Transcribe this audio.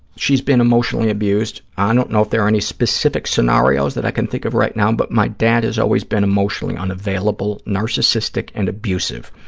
she's been emotionally abused. i don't know if there are any specific scenarios that i can think of right now, but my dad has always been emotionally unavailable, narcissistic and abusive.